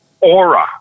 aura